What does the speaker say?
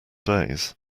days